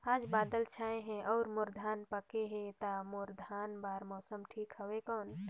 आज बादल छाय हे अउर मोर धान पके हे ता मोर धान बार मौसम ठीक हवय कौन?